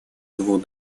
двух